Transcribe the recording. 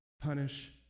punish